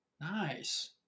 Nice